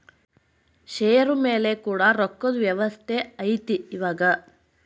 ಷೇರು ಮೇಲೆ ಕೂಡ ರೊಕ್ಕದ್ ವ್ಯವಸ್ತೆ ಐತಿ ಇವಾಗ